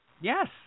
Yes